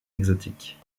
exotiques